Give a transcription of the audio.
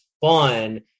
fun